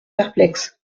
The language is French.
perplexes